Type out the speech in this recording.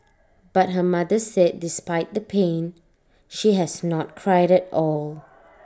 but her mother said despite the pain she has not cried at all